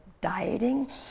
dieting